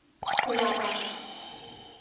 पूजा पाठ